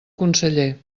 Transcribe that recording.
conseller